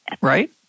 right